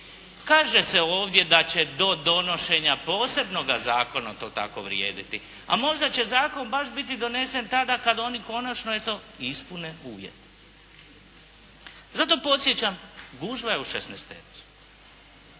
Kaže se ovdje da će do donošenja posebnoga zakona to tako vrijediti. A možda će zakon baš biti donesen tada kad oni konačno eto, ispune uvjete. Zato podsjećam, gužva je u šesnaestercu.